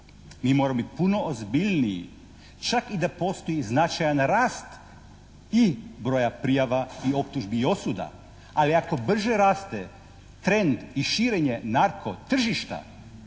mi moramo biti puno ozbiljniji čak i da postoji značajan rast i broja prijava i optužbi i osuda, ali ako brže raste trend i širenje narko tržišta,